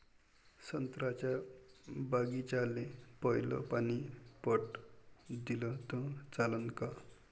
संत्र्याच्या बागीचाले पयलं पानी पट दिलं त चालन का?